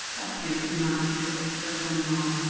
thou canst not do it, said one and all.